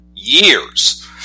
Years